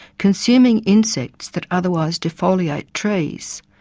consuming insects that otherwise defoliate trees.